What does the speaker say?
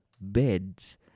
beds